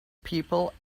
people